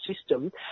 system